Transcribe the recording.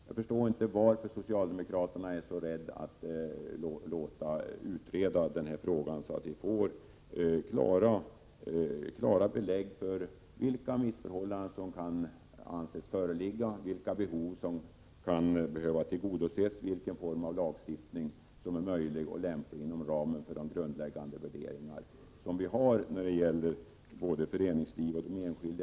Jag förstår inte varför socialdemokraterna är så rädda för att låta utreda den frågan, så att vi får klara belägg för vilka missförhållanden som kan anses föreligga, vilka behov som kan behöva tillgodoses och vilken form av lagstiftning som är möjlig och lämplig inom ramen för våra grundläggande värderingar när det gäller både föreningslivet och den enskilde.